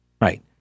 right